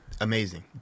amazing